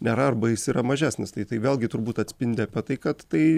nėra arba jis yra mažesnis tai tai vėlgi turbūt atspindi tai kad tai